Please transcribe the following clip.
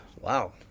wow